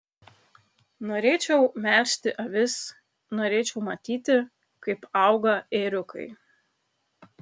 norėčiau melžti avis norėčiau matyti kaip auga ėriukai